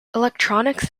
electronics